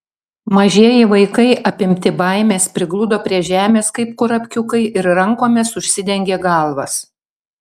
mažieji vaikai apimti baimės prigludo prie žemės kaip kurapkiukai ir rankomis užsidengė galvas